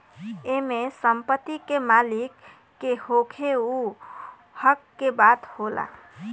एमे संपत्ति के मालिक के होखे उ हक के बात होला